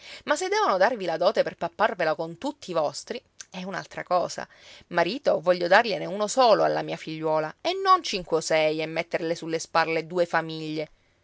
ma se devono darvi la dote per papparvela con tutti i vostri è un'altra cosa marito voglio dargliene uno solo alla mia figliuola e non cinque o sei e metterle sulle spalle due famiglie